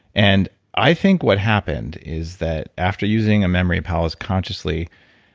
and i think what happened is that, after using a memory palace consciously,